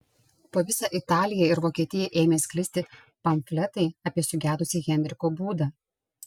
po visą italiją ir vokietiją ėmė sklisti pamfletai apie sugedusį henriko būdą